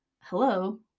hello